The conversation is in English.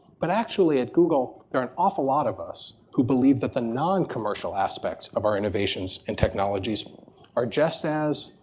but actually at google, there are an awful lot of us who believe that the non commercial aspects of our innovations and technologies are just as,